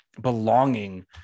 belonging